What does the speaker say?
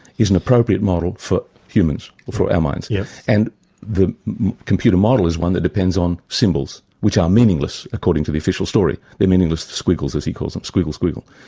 is an appropriate model for humans for our minds, yeah and the computer model is one that depends on symbols, which are meaningless according to the official story. they're meaningless squiggles, as he calls them squiggle, squiggle.